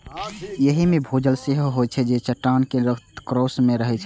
एहि मे भूजल सेहो होइत छै, जे चट्टानक रंध्रकोश मे रहै छै